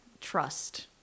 trust